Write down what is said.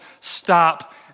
stop